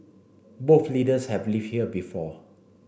both leaders have live here before